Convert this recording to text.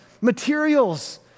materials